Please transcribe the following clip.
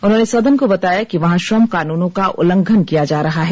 उन्होंने सदन को बताया कि वहां श्रम कानूनों का उल्लंघन किया जा रहा है